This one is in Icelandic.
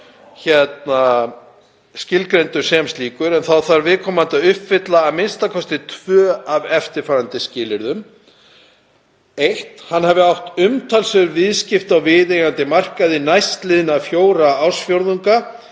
skilgreindur sem slíkur en þá þarf viðkomandi að uppfylla a.m.k. tvö af eftirfarandi skilyrðum: „1. Hann hafi átt umtalsverð viðskipti á viðeigandi markaði næstliðna fjóra ársfjórðunga,